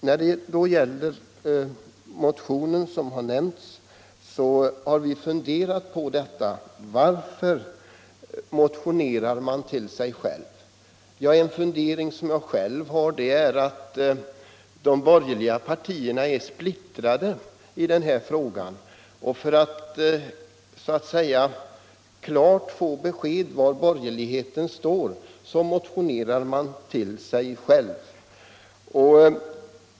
Beträffande den motion som har nämnts här har vi funderat över varför man motionerar till sig själv. En förklaring som jag själv kan tänka mig är att de borgerliga partierna är splittrade i denna fråga. För att då få klart besked om var borgerligheten står motionerar man till sig själv.